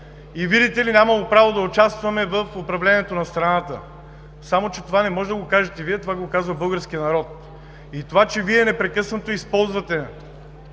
и, видите ли, нямаме право да участваме в управлението на страната. Само че това не можете да го кажете Вие, това го казва българският народ. Това, че Вие непрекъснато използвате